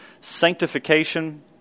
sanctification